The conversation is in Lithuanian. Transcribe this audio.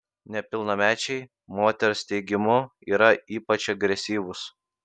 nepilnamečiai moters teigimu yra ypač agresyvūs